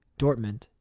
Dortmund